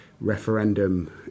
referendum